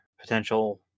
potential